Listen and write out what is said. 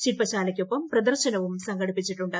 ശില്പശാല്യ്ക്കൊപ്പം പ്രദർശനവും സംഘടിപ്പിച്ചിട്ടുണ്ട്